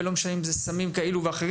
וזה לא משנה אם אלה סמים כאלה או אחרים.